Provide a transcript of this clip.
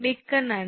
மிக்க நன்றி